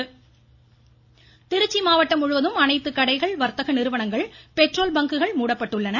ஊரடங்கு மாவட்டங்கள் திருச்சி மாவட்டம் முழுவதும் அனைத்து கடைகள் வர்த்தக நிறுவனங்கள் பெட்ரோல் பங்குகள் மூடப்பட்டுள்ளன